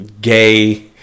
gay